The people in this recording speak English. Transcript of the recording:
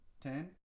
Ten